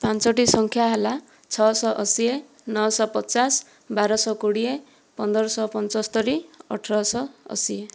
ପାଞ୍ଚୋଟି ସଂଖ୍ୟା ହେଲା ଛଅଶହ ଅଶି ନଅଶହ ପଚାଶ ବାରଶହ କୋଡ଼ିଏ ପନ୍ଦରଶହ ପଞ୍ଚସ୍ତରୀ ଅଠରଶହ ଅଶି